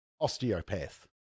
osteopath